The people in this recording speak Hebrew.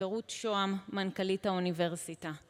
ורות שוהם, מנכלית האוניברסיטה